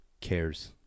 cares